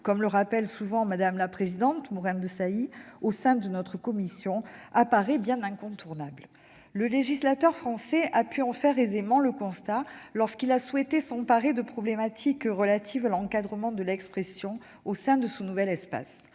comme le rappelle souvent Mme la présidente Catherine Morin-Desailly au sein de notre commission. Le législateur français a pu en faire aisément le constat lorsqu'il a souhaité s'emparer de problématiques relatives à l'encadrement de l'expression au sein de ce nouvel espace.